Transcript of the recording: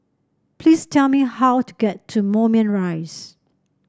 please tell me how to get to Moulmein Rise